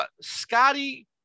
Scotty